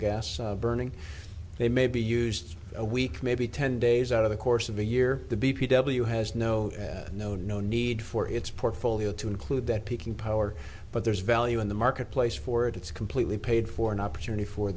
gas burning they may be used a week maybe ten days out of the course of a year the b p w has no no no need for its portfolio to include that peaking power but there's value in the marketplace for it it's completely paid for an opportunity for